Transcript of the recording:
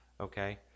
okay